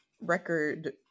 record